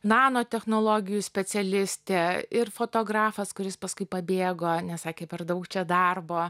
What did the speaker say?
nanotechnologijų specialistė ir fotografas kuris paskui pabėgo nes sakė per daug čia darbo